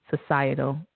societal